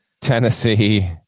Tennessee